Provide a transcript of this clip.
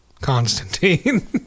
Constantine